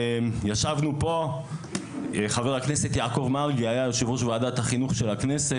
ישבנו פה; חבר הכנסת יעקב מרגי היה יושב ראש ועדת החינוך של הכנסת.